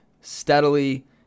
steadily